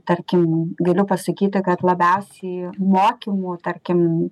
tarkim galiu pasakyti kad labiausiai mokymų tarkim